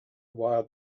while